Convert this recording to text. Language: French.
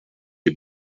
les